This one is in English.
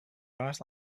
virus